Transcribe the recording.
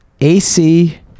AC